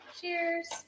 Cheers